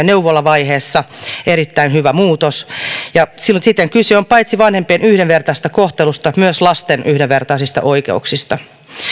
neuvolavaiheessa erittäin hyvä muutos ja siten kyse on paitsi vanhempien yhdenvertaisesta kohtelusta myös lasten yhdenvertaisista oikeuksista